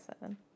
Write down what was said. seven